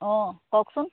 অঁ কওকচোন